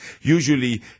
usually